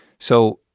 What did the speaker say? so